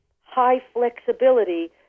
high-flexibility